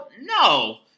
No